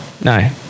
No